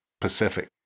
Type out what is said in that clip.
Pacific